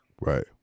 Right